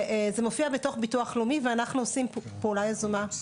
זה מופיע בתוך המערכת של הביטוח הלאומי ואנחנו עושים פעולה יזומה.